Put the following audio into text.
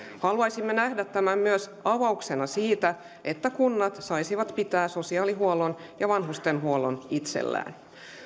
haluaisimme nähdä tämän myös avauksena siitä että kunnat saisivat pitää sosiaalihuollon ja vanhustenhuollon itsellään